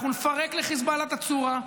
אנחנו נפרק לחיזבאללה את הצורה,